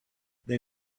they